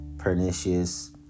pernicious